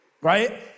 right